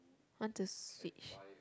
want to switch